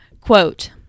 quote